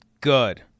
Good